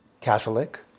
Catholic